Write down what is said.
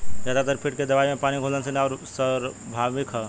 ज्यादातर कीट के दवाई पानी में घुलनशील आउर सार्वभौमिक ह?